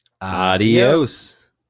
adios